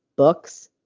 books,